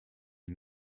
are